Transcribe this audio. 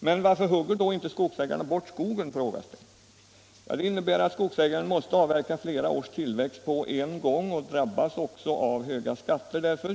Men varför vill då inte skogsägarna hugga bort skogen? frågas det. Anledningen härtill är att skogsägaren i så fall 41 måste avverka flera års tillväxt på en gång, och därigenom drabbas han av höga skatter.